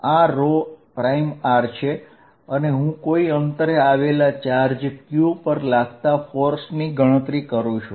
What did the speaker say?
આ r છે અને હું કોઈ અંતરે આવેલા ચાર્જ q ઉપર લાગતા બળ ની ગણતરી કરું છું